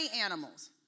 animals